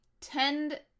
tend